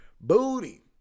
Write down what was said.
booty